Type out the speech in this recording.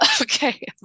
Okay